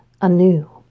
anew